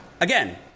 Again